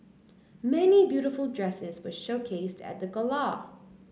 many beautiful dresses were showcased at the gala